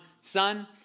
son